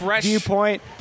viewpoint